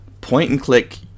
point-and-click